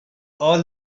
all